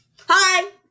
hi